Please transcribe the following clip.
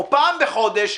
או פעם בחודש,